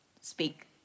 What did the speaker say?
speak